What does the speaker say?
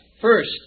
First